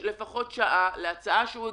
לפחות שעה, שתוקדש להצעה שהוא הגיש.